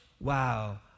wow